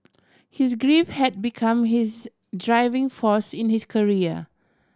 his grief had become his driving force in his career